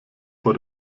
vor